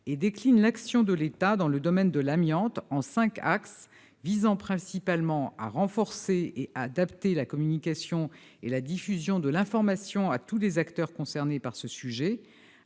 et décline l'action de l'État dans le domaine de l'amiante en cinq axes visant principalement à renforcer et à adapter la communication et la diffusion de l'information à tous les acteurs concernés par ce sujet,